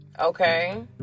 okay